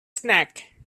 snag